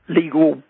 legal